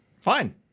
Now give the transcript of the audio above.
Fine